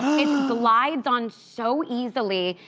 it glides on so easily.